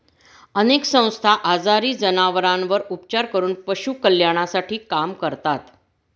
अनेक संस्था आजारी जनावरांवर उपचार करून पशु कल्याणासाठी काम करतात